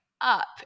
up